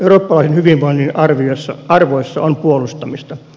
eurooppalaisen hyvinvoinnin arvoissa on puolustamista